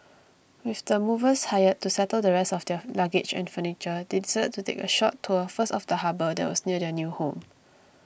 with the movers hired to settle the rest of their luggage and furniture they decided to take a short tour first of the harbour that was near their new home